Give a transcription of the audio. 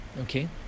okay